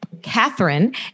Catherine